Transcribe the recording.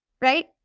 right